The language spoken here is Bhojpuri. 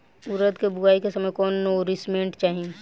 उरद के बुआई के समय कौन नौरिश्मेंट चाही?